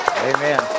Amen